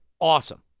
awesome